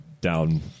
down